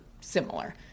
similar